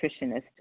nutritionist